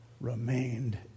remained